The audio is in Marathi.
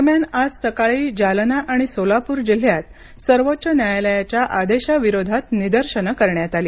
दरम्यान आज सकाळी जालना आणि सोलापूर जिल्ह्यात सर्वोच्च न्यायालयाच्या आदेशाविरोधात निदर्शनं करण्यात आली